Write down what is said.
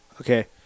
Okay